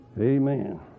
Amen